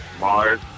Mars